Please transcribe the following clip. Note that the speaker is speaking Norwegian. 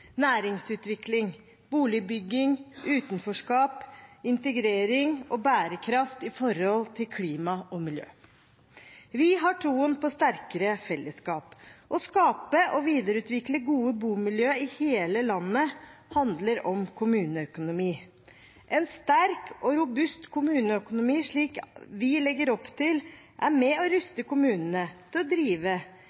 næringsutvikling, boligbygging, utenforskap, integrering og bærekraft knyttet til klima og miljø. Vi har troen på sterkere fellesskap. Å skape og videreutvikle gode bomiljø i hele landet handler om kommuneøkonomi. En sterk og robust kommuneøkonomi, slik vi legger opp til, er med på å